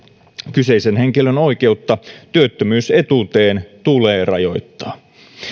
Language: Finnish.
kyseisen henkilön oikeutta työttömyysetuuteen tulee rajoittaa